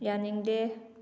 ꯌꯥꯅꯤꯡꯗꯦ